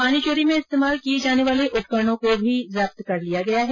पानी चोरी में इस्तेमाल किये जाने वाले उपकरणों को भी जब्त कर लिया गया है